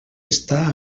està